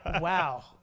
Wow